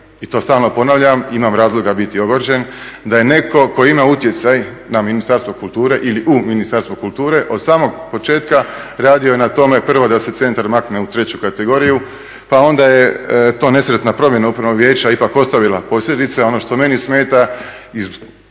i to stalno ponavljam, imam razloga biti ogorčen, da je netko tko ima utjecaj na Ministarstvo kulture ili u Ministarstvu kulture od samog početka radio na tome prvo da se centar makne u treću kategoriju pa onda je to nesretna promjena Upravnog vijeća upravo ostavila posljedice. Ono što meni smeta iz